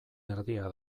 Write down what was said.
erdia